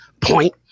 point